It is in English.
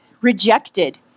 rejected